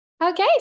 Okay